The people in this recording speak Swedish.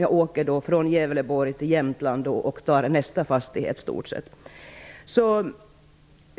Jag åker från Gävleborg till Jämtland och tar nästa fastighet, i stort sett.